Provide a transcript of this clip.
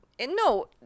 No